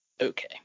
okay